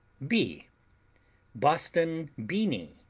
b boston beany,